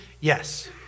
Yes